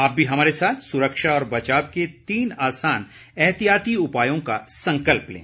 आप भी हमारे साथ सुरक्षा और बचाव के तीन आसान एहतियाती उपायों का संकल्प लें